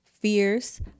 fierce